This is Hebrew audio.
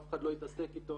אף אחד לא התעסק איתו,